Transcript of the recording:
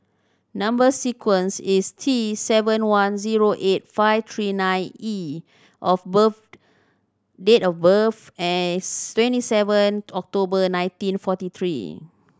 number sequence is T seven one zero eight five three nine E of birth date of birth as twenty seven October nineteen forty three